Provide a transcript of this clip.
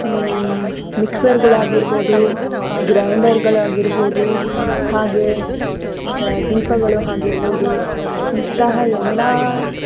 ಮಿಕ್ಸರ್ಗಳಾಗಿರ್ಬೋದು ಗ್ರೈಂಡರ್ಗಳಾಗಿರ್ಬೋದು ಹಾಗೆ ದೀಪಗಳು ಆಗಿರ್ಬೋದು ಇಂತಹ ಎಲ್ಲ